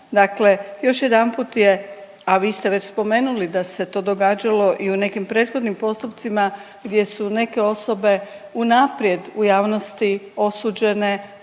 Dakle, još jedanput je, a vi ste već spomenuli da se to događalo i u nekim prethodnim postupcima gdje su neke osobe unaprijed u javnosti osuđene,